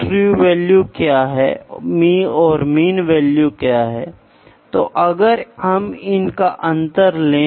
इसलिए दबाव नापने का यंत्र में प्राइमरी सिग्नल प्रेशर एक अनुवादक को प्रेषित होता है और सेकेंड्री सिग्नल लेंथ एक पर्यवेक्षक की आँख में संचारित होती है